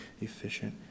efficient